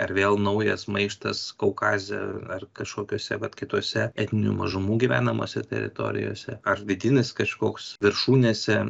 ar vėl naujas maištas kaukaze ar kažkokiose vat kitose etninių mažumų gyvenamose teritorijose ar vidinis kažkoks viršūnėse